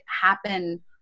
happen